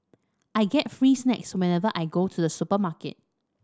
I get free snacks whenever I go to the supermarket